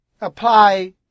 apply